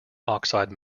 oxide